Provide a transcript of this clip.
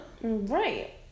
Right